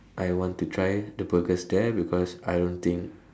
I want to try the burgers there because I don't think